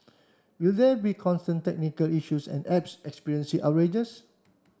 will there be constant technical issues and apps experiencing outrages